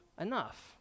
enough